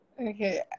okay